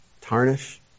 tarnish